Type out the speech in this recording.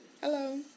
Hello